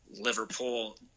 Liverpool